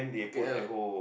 K_L